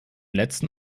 letzen